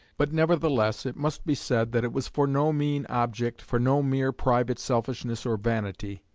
but, nevertheless, it must be said that it was for no mean object, for no mere private selfishness or vanity,